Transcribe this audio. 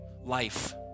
life